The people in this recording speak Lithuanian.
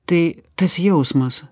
tai tas jausmas